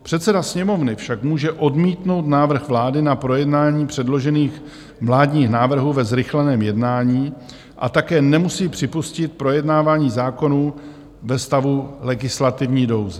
Předseda Sněmovny však může odmítnout návrh vlády na projednání předložených vládních návrhů ve zrychleném jednání a také nemusí připustit projednávání zákonů ve stavu legislativní nouze.